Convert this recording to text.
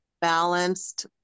balanced